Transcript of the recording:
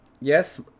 Yes